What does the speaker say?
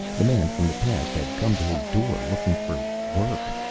the man from the past had come to his door, looking for work.